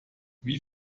wie